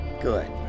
Good